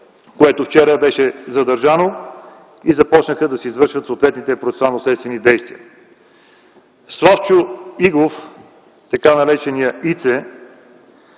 което беше задържано вчера и започнаха да се извършват съответните процесуално-следствени действия. Славчо Игов, така нареченият Ице,